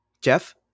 Jeff